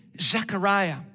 Zechariah